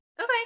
okay